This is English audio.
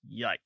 Yikes